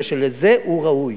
כי לזה הוא ראוי.